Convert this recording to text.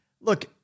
Look